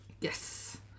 yes